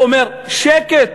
אומר: שקט,